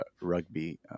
rugby